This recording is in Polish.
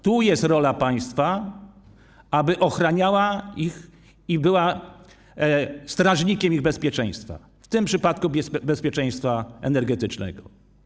Tu jest rola państwa, aby ochraniało ich i było strażnikiem ich bezpieczeństwa, w tym przypadku bezpieczeństwa energetycznego.